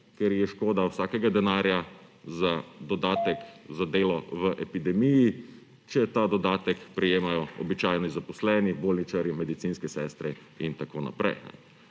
ker ji je škoda vsakega denarja za dodatek za delo v epidemiji, če ta dodatek prejemajo običajni zaposleni: bolničarji, medicinske sestre in tako naprej.